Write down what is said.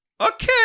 Okay